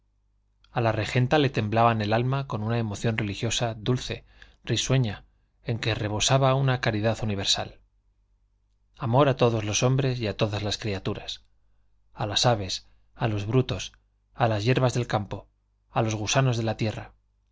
a la regenta le temblaba el alma con una emoción religiosa dulce risueña en que rebosaba una caridad universal amor a todos los hombres y a todas las criaturas a las aves a los brutos a las hierbas del campo a los gusanos de la tierra